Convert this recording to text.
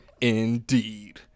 Indeed